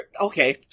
Okay